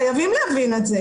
חייבים להבין את זה.